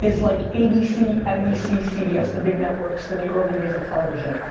is like abc, nbc, cbs. the big networks in the early days of television.